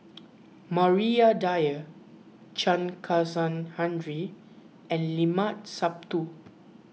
Maria Dyer Chen Kezhan Henri and Limat Sabtu